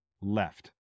left